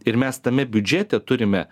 ir mes tame biudžete turime